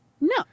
No